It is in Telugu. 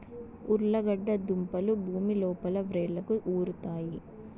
ఉర్లగడ్డ దుంపలు భూమి లోపల వ్రేళ్లకు ఉరుతాయి